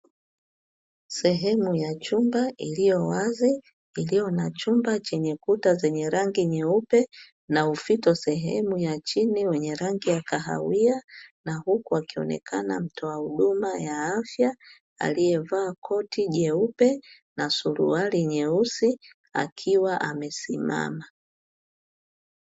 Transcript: Sehemu ya chumba iliyo wazi iliyo na chumba chenye kuta za rangi nyeupe, na ufito sehemu ya chini wenye rangi ya kahawia, na huku wakionekana mtoa huduma wa afya alievaa koti jeupe, na suruali nyeusi akiwa amesimama.